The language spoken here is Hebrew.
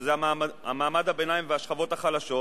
שזה מעמד הביניים והשכבות החלשות,